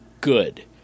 good